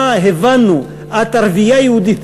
אה, הבנו, את ערבייה יהודית.